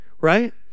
Right